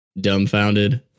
dumbfounded